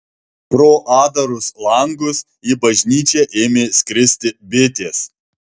pro atdarus langus į bažnyčią ėmė skristi bitės